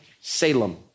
Salem